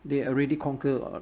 they already conquer